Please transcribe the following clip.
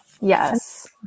Yes